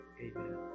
Amen